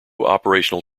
operational